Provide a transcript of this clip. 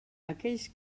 aquells